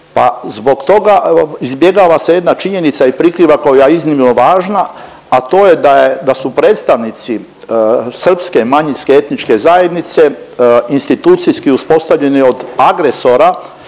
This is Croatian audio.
zbog toga izbjegava se jedna činjenica i prikriva koja je iznimno važna, a to je da su predstavnici srpske manjinske etničke zajednice institucijski uspostavljeni od agresora